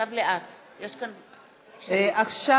עכשיו,